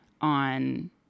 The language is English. on